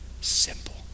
simple